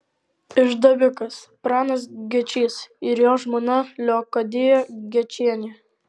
išdavikas pranas gečys ir jo žmona leokadija gečienė